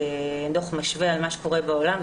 דוח משווה על מה שקורה בעולם,